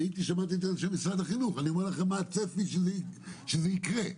שמעתי את אנשי משרד החינוך אז אני אומר לכם מה הצפי שלי שזה יקרה.